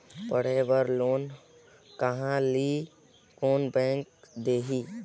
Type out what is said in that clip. पढ़े बर लोन कहा ली? कोन बैंक देही?